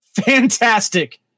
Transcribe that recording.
fantastic